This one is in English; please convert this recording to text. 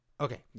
Okay